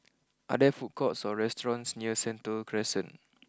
are there food courts or restaurants near Sentul Crescent